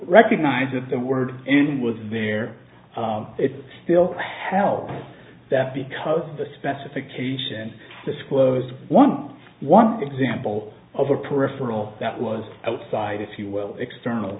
recognize of the word was there it still held that because the specification disclosed one one example of a peripheral that was outside if you will external